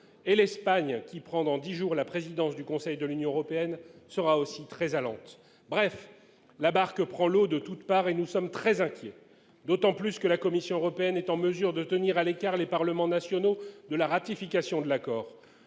Et l'Espagne, qui prend dans dix jours la présidence du Conseil de l'Union européenne, sera aussi très allante. Bref, la barque prend l'eau de toutes parts et nous sommes très inquiets. D'autant plus que la Commission européenne est en mesure de tenir à l'écart les parlements nationaux de la ratification de l'accord.